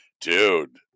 dude